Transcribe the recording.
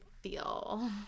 feel